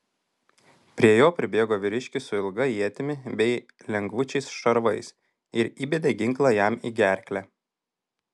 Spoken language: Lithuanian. prie jo pribėgo vyriškis su ilga ietimi bei lengvučiais šarvais ir įbedė ginklą jam į gerklę